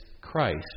Christ